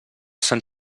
sant